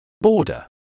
Border